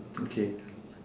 okay